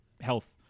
health